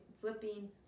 flipping